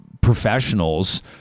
professionals